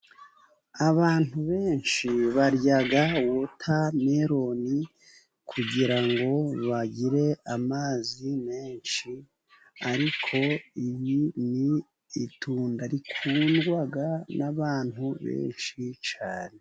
Abantu benshi barya Wotameloni kugirango bagire amazi menshi ariko, ibi ni itunda rikundwa n'abantu benshi cyane.